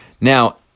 Now